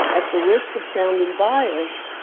at the risk of sounding biased,